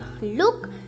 look